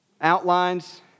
outlines